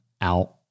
out